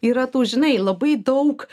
yra tų žinai labai daug